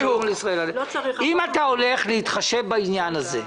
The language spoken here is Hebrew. אם אתה הולך להתחשב בעניין הזה,